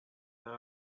حتما